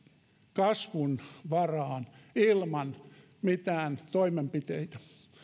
kasvun varaan ilman mitään toimenpiteitä